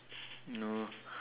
no